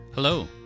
Hello